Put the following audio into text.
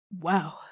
Wow